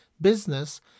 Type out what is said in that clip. business